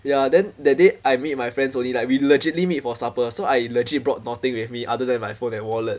ya then that day I meet my friends only like we legitly meet for supper so I legit brought nothing with me other than my phone and wallet